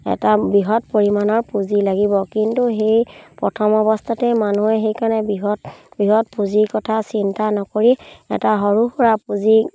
এটা বৃহৎ পৰিমাণৰ পুঁজি লাগিব কিন্তু সেই প্ৰথম অৱস্থাতেই মানুহে সেইকাৰণে বৃহৎ বৃহৎ পুঁজিৰ কথা চিন্তা নকৰি এটা সৰু সুৰা পুঁজি